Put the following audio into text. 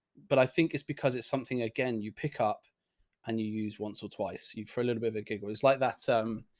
but i think it's because it's something, again, you pick up and you use once or twice, you feel a little bit of a giggle. it's like that. so um,